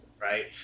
right